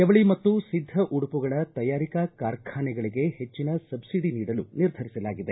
ಜವಳಿ ಮತ್ತು ಸಿದ್ದ ಉಡುಪುಗಳ ತಯಾರಿಕಾ ಕಾರ್ಖಾನೆಗಳಿಗೆ ಹೆಚ್ಚಿನ ಸಬ್ಲಡಿ ನೀಡಲು ನಿರ್ಧರಿಸಲಾಗಿದೆ